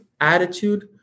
attitude